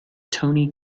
tony